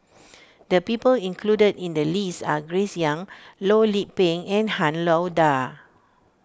the people included in the list are Grace Young Loh Lik Peng and Han Lao Da